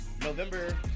November